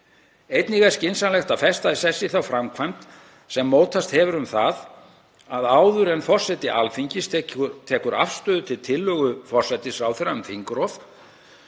Einnig er skynsamlegt að festa í sessi þá framkvæmd sem mótast hefur um það að áður en forseti Íslands tekur afstöðu til tillögu forsætisráðherra um þingrof